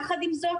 יחד עם זאת,